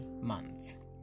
month